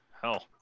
Hell